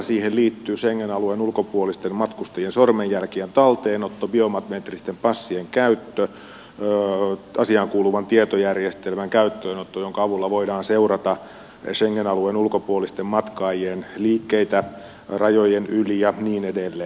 siihen liittyy schengen alueen ulkopuolisten matkustajien sormenjälkien talteenotto biometristen passien käyttö asiaankuuluvan tietojärjestelmän käyttöönotto jonka avulla voidaan seurata schengen alueen ulkopuolisten matkaajien liikkeitä rajojen yli ja niin edelleen